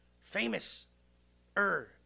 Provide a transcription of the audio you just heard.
Famous-er